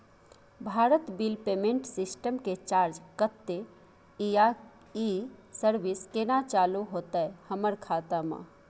Bharat bill payment system के charge कत्ते इ आ इ सर्विस केना चालू होतै हमर खाता म?